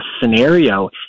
scenario